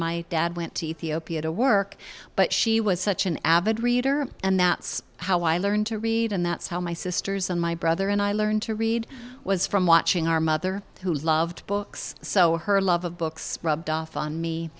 my dad went to ethiopia to work but she was such an avid reader and that's how i learned to read and that's how my sisters and my brother and i learned to read was from watching our mother who loved books so her love of books rubbed off on me